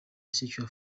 secure